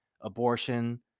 Abortion